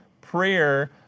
prayer